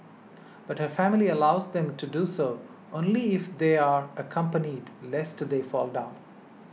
but her family allows them to do so only if they are accompanied lest they fall down